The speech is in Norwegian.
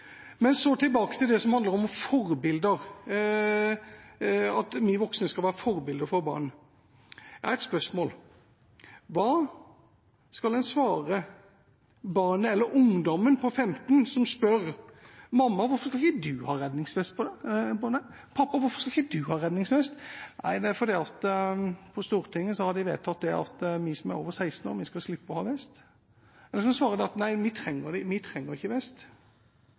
Men tilbake til det som handler om forbilder, at vi voksne skal være forbilder for barn. Jeg har et spørsmål: Hva skal en svare barnet, eller ungdommen, på 15 år som spør: Mamma, hvorfor skal ikke du ha redningsvest på deg? Pappa, hvorfor skal ikke du ha redningsvest? Nei, det er fordi at på Stortinget har de vedtatt at vi som er over 16 år, skal slippe å ha vest. Eller skal man svare at vi trenger ikke vest, eller at vi er så gode til å svømme at vi trenger det ikke,